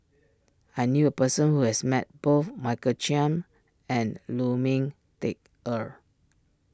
I knew a person who has met both Michael Chiang and Lu Ming Teh Earl